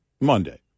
Monday